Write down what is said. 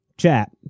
Chat